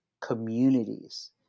communities